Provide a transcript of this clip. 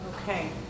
Okay